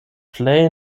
plej